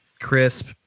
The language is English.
crisp